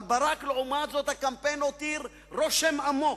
על ברק, לעומת זאת, הקמפיין הותיר רושם עמוק.